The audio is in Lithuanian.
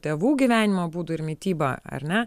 tėvų gyvenimo būdu ir mityba ar ne